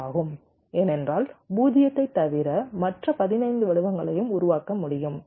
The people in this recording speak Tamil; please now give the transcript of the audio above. ஆர் ஆகும் ஏனென்றால் 0 ஐத் தவிர மற்ற 15 வடிவங்களையும் உருவாக்க முடியும்